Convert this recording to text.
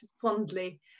fondly